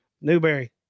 Newberry